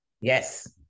Yes